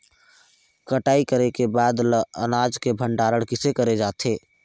कटाई करे के बाद ल अनाज के भंडारण किसे करे जाथे?